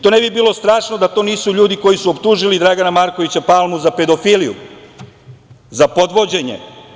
To ne bi bilo strašno da to nisu ljudi koji su optužili Dragana Markovića Palmu za pedofiliju, za podvođenje.